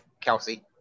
Kelsey